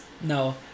no